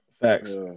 Facts